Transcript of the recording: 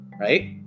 right